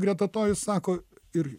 greta to jis sako ir